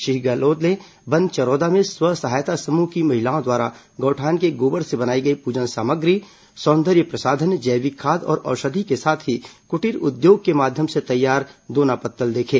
श्री गहलोत ने बनचरौदा में स्व सहायता समूह की महिलाओं द्वारा गौठान के गोबर से बनाई गई पूजन सामग्री सौंदर्य प्रसाधन जैविक खाद और औषधि के साथ ही कुटीर उद्योग के माध्यम से तैयार दोना पत्तल देखे